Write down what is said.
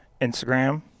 Instagram